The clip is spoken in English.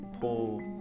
pull